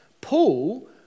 Paul